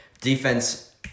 defense